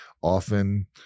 often